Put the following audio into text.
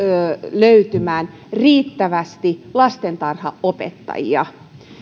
löytymään riittävästi lastentarhanopettajia